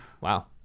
Wow